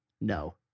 No